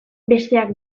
besteak